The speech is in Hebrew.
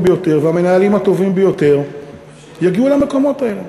ביותר והמנהלים הטובים ביותר יגיעו למקומות האלה,